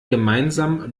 gemeinsame